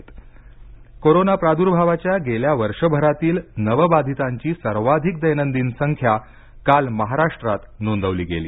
राज्य कोरोना आकडेवारी कोरोना प्राद्भावाच्या गेल्या वर्षभरातील नवबाधितांची सर्वाधिक दैनंदिन संख्या काल महाराष्ट्रात नोंदवली गेली